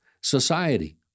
society